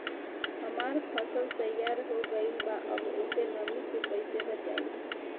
हमार फसल तैयार हो गएल बा अब ओके नमी से कइसे बचाई?